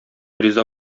риза